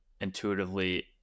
intuitively